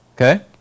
Okay